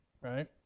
right